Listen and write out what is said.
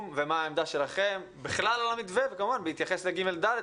ומה העמדה שלכם בכלל על המתווה וכמובן בהתייחס לכיתות ג'-ד'.